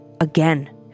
Again